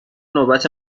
نوبت